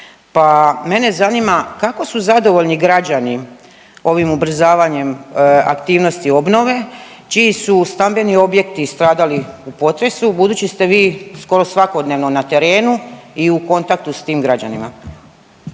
mene zanima kako su zadovoljni građani ovim ubrzavanjem aktivnosti obnove čiji su stambeni objekti stradali u potresu budući ste vi skoro svakodnevno na terenu i u kontaktu s tim građanima?